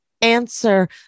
answer